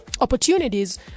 opportunities